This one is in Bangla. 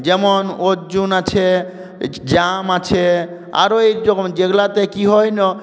যেমন অর্জুন আছে জাম আছে আরও একরকম যেগুলাতে কি হয় না